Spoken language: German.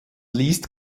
liest